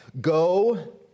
go